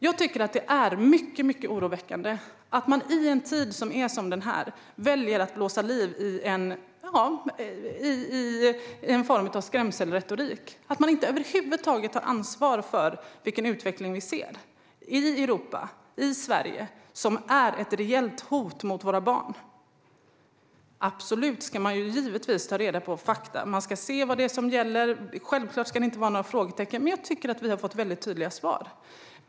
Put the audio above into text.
Jag tycker att det är mycket oroväckande att man i en tid som denna väljer att blåsa liv i en form av skrämselretorik, att man inte tar ansvar över huvud taget för den utveckling vi ser i Europa och i Sverige som är ett reellt hot mot våra barn. Givetvis ska man ta reda på fakta och se vad det är som gäller. Självklart ska det inte finnas några frågetecken. Men jag tycker att vi har fått tydliga svar.